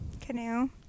Canoe